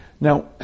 Now